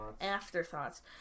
Afterthoughts